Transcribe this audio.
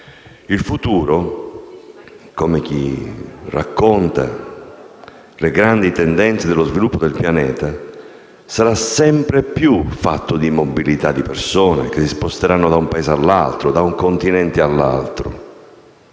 Il futuro - come chi racconta le grandi tendenze dello sviluppo del Pianeta - sarà sempre più fatto di mobilità di persone, che si sposteranno da un Paese all'altro, da un continente all'altro.